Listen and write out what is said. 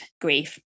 grief